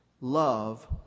Love